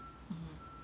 mmhmm